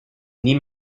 nie